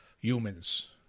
humans